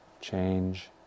change